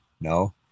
No